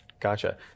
Gotcha